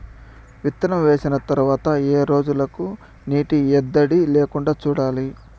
విత్తనం వేసిన తర్వాత ఏ రోజులకు నీటి ఎద్దడి లేకుండా చూడాలి?